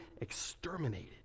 exterminated